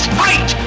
fight